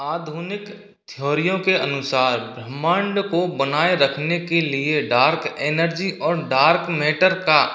आधुनिक थियोरियों के अनुसार ब्रह्माण्ड को बनाए रखने के लिए डार्क एनर्जी और डार्क मैटर का